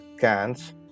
cans